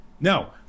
No